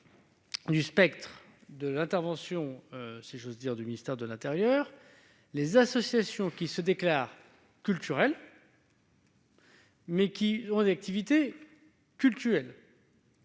du champ d'intervention du ministère de l'intérieur les associations qui se déclarent culturelles, mais qui pratiquent des activités cultuelles.